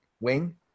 Wing